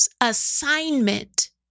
assignment